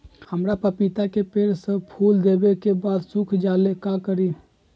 हमरा पतिता के पेड़ सब फुल देबे के बाद सुख जाले का करी?